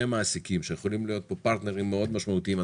המעסיקים שיכולים להיות פה פרטנרים מאוד משמעותיים,